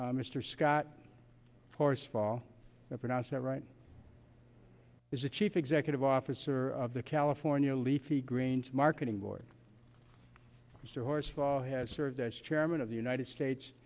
mr scott horse fall pronounce that right is the chief executive officer of the california leafy greens marketing board resourceful has served as chairman of the united states